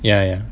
ya ya